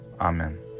Amen